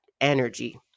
energy